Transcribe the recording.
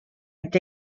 est